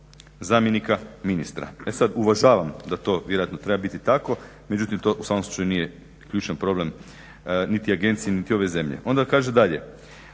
zamjenika ministra. E sad uvažavam da to vjerojatno treba biti tako, međutim to u svakom slučaju nije ključan problem niti agencije niti ove zemlje. Onda kaže dalje,